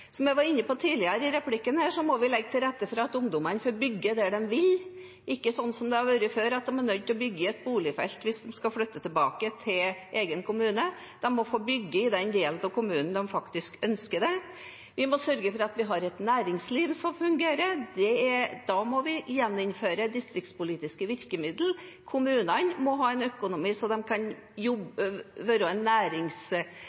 Som jeg var inne på tidligere i replikkvekslingen, må vi legge til rette for at ungdommen får bygge der de vil – ikke slik det har vært før, at de er nødt til å bygge i et boligfelt hvis de skal flytte tilbake til egen kommune. De må få bygge i den delen av kommunen der de faktisk ønsker det. Vi må sørge for at vi har et næringsliv som fungerer. Da må vi gjeninnføre distriktspolitiske virkemiddel. Kommunene må ha en økonomi som gjør at de kan